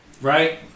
right